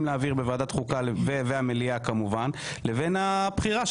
להעביר בוועדת חוקה ובמליאה לבין הבחירה,